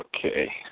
Okay